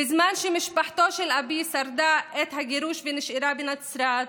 בזמן שמשפחתו של אבי שרדה בגירוש ונשארה בנצרת,